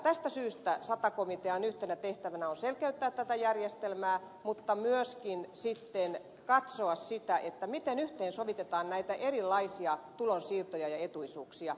tästä syystä sata komitean yhtenä tehtävänä on selkeyttää tätä järjestelmää mutta myöskin katsoa sitä miten yhteensovitetaan näitä erilaisia tulonsiirtoja ja etuisuuksia